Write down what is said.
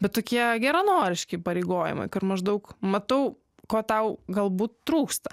bet tokie geranoriški įpareigojimai kad maždaug matau ko tau galbūt trūksta